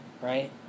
Right